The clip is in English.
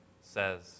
says